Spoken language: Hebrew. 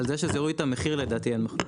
על זה שזה יוריד את המחיר לדעתי אין מחלוקת.